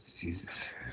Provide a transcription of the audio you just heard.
Jesus